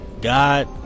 God